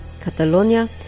Catalonia